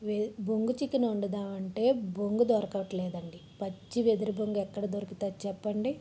బొంగు చికెన్ వండుదామంటే బొంగు దొరకటం లేదు అండి పచ్చి వెదురు బొంగు ఎక్కడ దొరుకుతాయి చెప్పండి